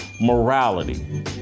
morality